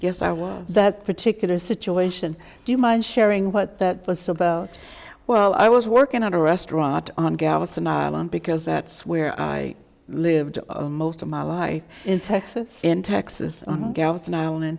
es i was that particular situation do you mind sharing what that was about well i was working on a restaurant on galveston island because that's where i lived most of my life in texas in texas on galveston